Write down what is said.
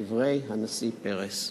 דברי הנשיא פרס.